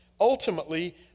Ultimately